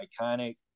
iconic